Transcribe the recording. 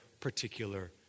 particular